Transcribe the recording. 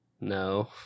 No